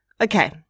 okay